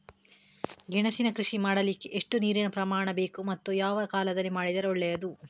ಗೆಣಸಿನ ಕೃಷಿ ಮಾಡಲಿಕ್ಕೆ ಎಷ್ಟು ನೀರಿನ ಪ್ರಮಾಣ ಬೇಕು ಮತ್ತು ಯಾವ ಕಾಲದಲ್ಲಿ ಮಾಡಿದರೆ ಒಳ್ಳೆಯದು?